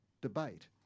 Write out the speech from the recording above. debate